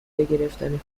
گرفتن